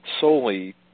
solely